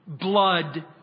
Blood